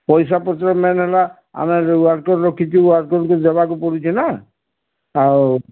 ପଇସା ପତ୍ର ମେନ୍ ହେଲା ଆମେ ୱାର୍କର ରଖିଛୁ ୱାର୍କରକୁ ଦେବାକୁ ପଡ଼ୁଛି ନା ଆଉ